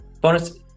Bonus